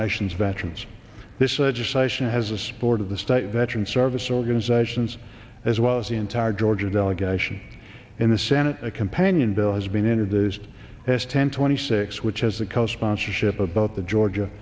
nation's veterans this legislation has the support of the state veterans service organizations as well as the entire georgia delegation in the senate a companion bill has been introduced has ten twenty six which has a co sponsorship about the georgia